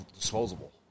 disposable